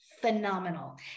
phenomenal